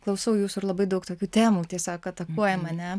klausau jūsų ir labai daug tokių temų tiesiog atakuoja mane